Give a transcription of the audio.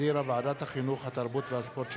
שהחזירה ועדת החינוך, התרבות והספורט.